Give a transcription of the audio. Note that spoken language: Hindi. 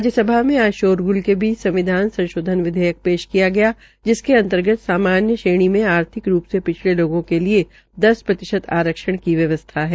राज्यसभा में आज शोरग्ल के बीच संविधान संशोधन विधेयक प्रेश किया गया जिसके अंतर्गत सामान्य श्रेणी में आर्थिक रू से शिछड़े लोगों के लिये दस प्रतिशत आरक्षण की व्यवस्था है